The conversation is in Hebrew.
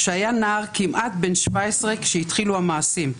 שהיה נער כמעט בן 17 כשהתחילו המעשים.